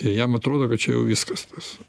ir jam atrodo kad čia jau viskas bus